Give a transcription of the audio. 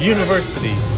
University